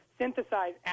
synthesize